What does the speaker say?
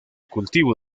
cultivo